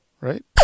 right